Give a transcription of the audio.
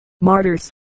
Martyrs